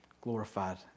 glorified